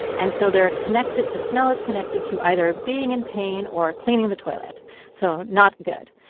and so they're connected the smell is connected to either being in pain or cleaning the toilet so not good.